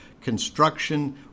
construction